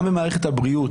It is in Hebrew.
גם במערכת הבריאות,